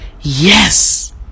yes